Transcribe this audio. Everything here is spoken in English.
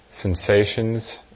sensations